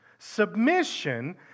Submission